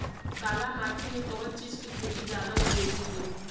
काली माटी में कवन चीज़ के खेती ज्यादा उपयोगी होयी?